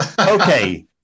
Okay